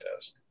test